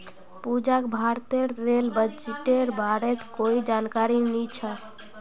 पूजाक भारतेर रेल बजटेर बारेत कोई जानकारी नी छ